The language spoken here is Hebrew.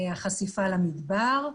החשיפה למדבר.